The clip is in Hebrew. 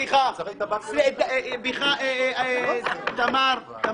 הוא